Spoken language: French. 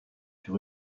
sur